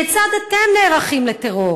כיצד אתם נערכים לטרור